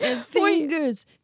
fingers